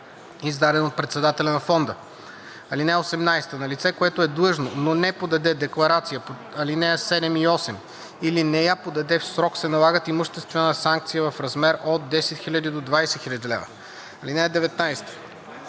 издаден от председателя на фонда. (18) На лице, което е длъжно, но не подаде декларация по ал. 7 и 8 или не я подаде в срок, се налага имуществена санкция в размер от 10 000 до 20 000 лв. (19)